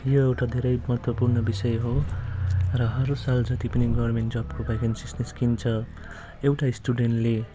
यो एउटा धेरै महतत्त्वपूर्ण विषय हो र हर साल जति पनि गभर्मेन्टको भ्याकेन्सिज निस्किन्छ एउटा स्टुडेन्टले